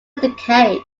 decade